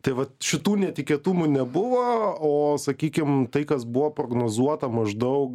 tai vat šitų netikėtumų nebuvo o sakykim tai kas buvo prognozuota maždaug